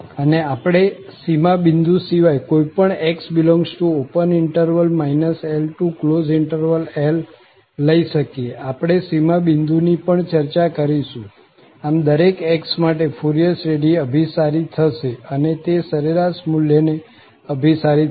અને આપણે સીમા બિંદુ સિવાય કોઈ પણ x∈ LL લઇ શકીએ આપણે સીમા બિંદુની પણ ચર્ચા કરીશું આમ દરેક x માટે ફુરિયર શ્રેઢી અભિસારી થશે અને તે સરેરાશ મુલ્યને અભિસારી થશે